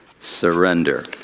surrender